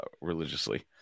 religiously